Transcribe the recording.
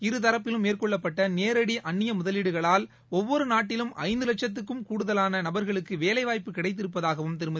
இருதரப்பிலும் மேற்கொள்ளப்பட்ட நேரடி அந்நிய முதலீடுகளால் ஒவ்வொரு நாட்டிலும் ஐந்து லட்சத்துக்கும் கூடுதலான நபர்களுக்கு வேலைவாய்ப்பு கிடைத்திருப்பதாகவும் திருமதி